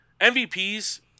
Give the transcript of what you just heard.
MVPs